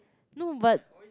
no but